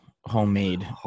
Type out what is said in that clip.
homemade